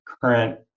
current